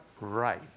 right